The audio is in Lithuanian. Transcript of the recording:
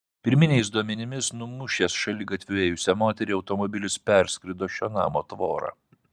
pirminiais duomenimis numušęs šaligatviu ėjusią moterį automobilis perskrido šio namo tvorą